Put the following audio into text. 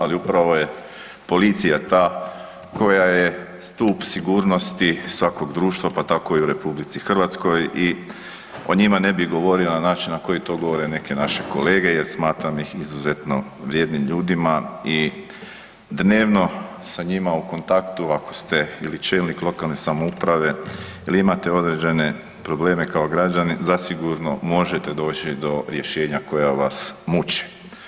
Ali upravo je policija ta koja je stup sigurnosti svakog društva pa tako i u Republici Hrvatskoj i o njima ne bi govorio na način na koji to govore neke naše kolege, jer smatram ih izuzetno vrijednim ljudima i dnevno sa njima u kontaktu ako ste čelnik ili lokalne samouprave ili imate određene probleme kao građanin zasigurno možete doći do rješenja koja vas muče.